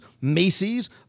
Macy's